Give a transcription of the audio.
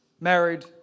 married